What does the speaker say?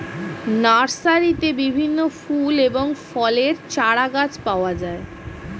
নার্সারিতে বিভিন্ন ফুল এবং ফলের চারাগাছ পাওয়া যায়